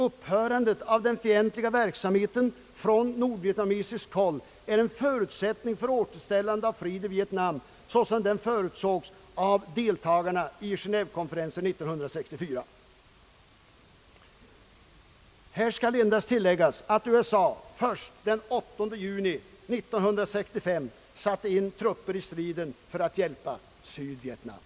Upphörandet av den fientliga verksamheten från nordvietnamesiskt håll är en förutsättning för återställandet av freden i Vietnam såsom den förutsågs av deltagarna i Genevekonferensen 1954.» Här skall endast tilläggas att USA först den 8 juni 1965 satte in trupper i striden för att hjälpa Sydvietnam.